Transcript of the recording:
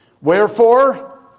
Wherefore